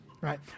right